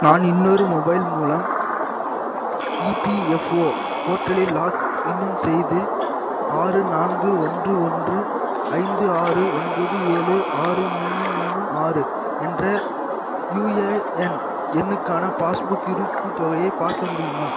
நான் இன்னொரு மொபைல் மூலம் இபிஎஃப்ஓ போர்ட்டலில் லாக்இன்னும் செய்து ஆறு நான்கு ஒன்று ஒன்று ஐந்து ஆறு ஒன்பது ஏழு ஆறு மூணு மூணு ஆறு என்ற யுஏஎன் எண்ணுக்கான பாஸ்புக் இருப்புத் தொகையை பார்க்க முடியுமா